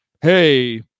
hey